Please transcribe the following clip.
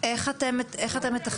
איך אתם מתכננים,